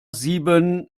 sieben